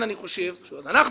אנחנו,